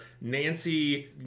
Nancy